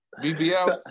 BBL